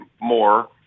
more